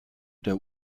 der